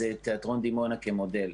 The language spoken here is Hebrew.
זה את תיאטרון דימונה כמודל.